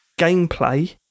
Gameplay